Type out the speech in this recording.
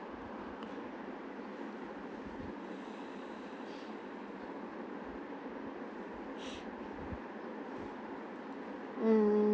~(mm)